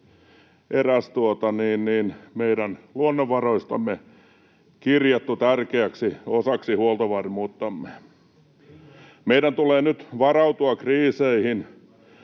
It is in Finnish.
meidän luonnonvaroistamme kirjattu tärkeäksi osaksi huoltovarmuuttamme. Meidän tulee nyt varautua kriiseihin.